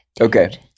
okay